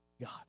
God